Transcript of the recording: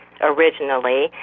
originally